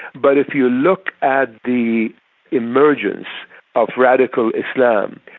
but if you look at the emergence of radical islam,